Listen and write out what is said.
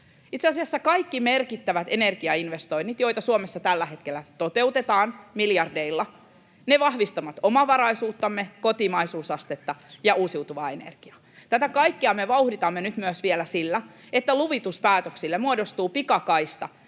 Itse asiassa kaikki merkittävät energiainvestoinnit, joita Suomessa tällä hetkellä toteutetaan miljardeilla, vahvistavat omavaraisuuttamme, kotimaisuusastetta ja uusiutuvaa energiaa. Tätä kaikkea me vauhditamme nyt vielä myös sillä, että luvituspäätöksille muodostuu pikakaista